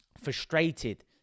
frustrated